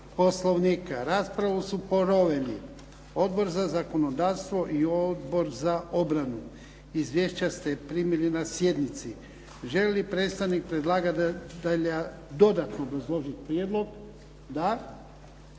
Poslovnika. Raspravu su proveli Odbor za zakonodavstvo i Odbor za obranu. Izvješća ste primili na sjednici. Želi li predstavnik predlagatelja dodatno obrazložit prijedlog? Da.